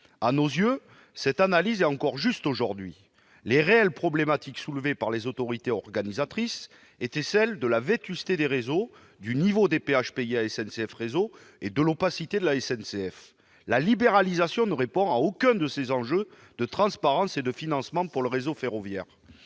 À nos yeux, cette analyse reste juste aujourd'hui. Les problématiques réelles qu'ont soulevées les autorités organisatrices portaient sur la vétusté des réseaux, le niveau des péages payés à SNCF Réseau et l'opacité de la SNCF. La libéralisation ne répond à aucun de ces enjeux de transparence et de financement du réseau ferroviaire.